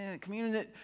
communion